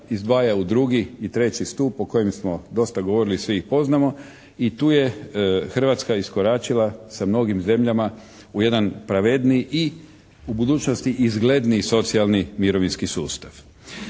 izdvaja u drugi i treći stup o kojem smo dosta govorili i svi ih poznamo. I tu je Hrvatska iskoračila sa mnogim zemljama u jedan pravedniji i u budućnosti izgledniji socijalni mirovinski sustav.